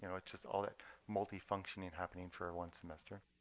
you know it's just all that multifuncting and happening for one semester.